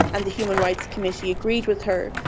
and the human rights committee agreed with her,